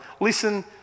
Listen